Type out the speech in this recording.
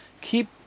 Keep